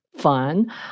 fun